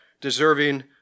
deserving